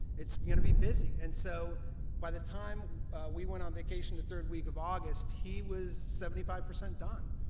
it's going to be busy and so by the time we went on vacation the third week of august he was seventy five percent done.